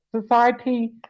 society